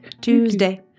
Tuesday